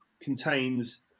contains